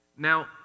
Now